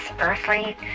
earthly